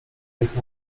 jest